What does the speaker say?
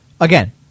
Again